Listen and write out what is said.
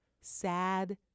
sad